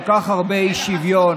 כל כך הרבה אי-שוויון,